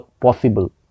possible